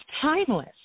timeless